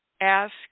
Ask